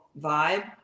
vibe